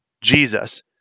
Jesus